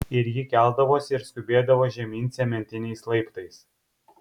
ir ji keldavosi ir skubėdavo žemyn cementiniais laiptais